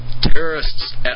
Terrorists